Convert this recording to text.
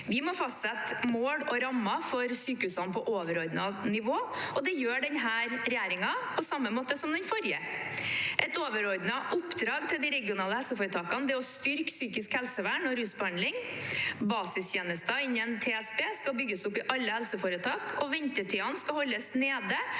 Vi må fastsette mål og rammer for sykehusene på overordnet nivå, og det gjør denne regjeringen, på samme måte som den forrige. Et overordnet oppdrag til de regionale helseforetakene er å styrke psykisk helsevern og rusbehandling. Basistjenester innen tverrfaglig spesialisert behandling av ruslidelser,